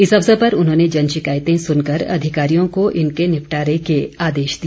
इस अवसर पर उन्होंने जन शिकायतें सुनकर अधिकारियों को इनके निपटारे के आदेश दिए